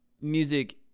music